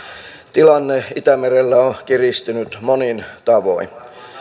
tilanne itämerellä on kiristynyt monin tavoin